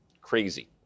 crazy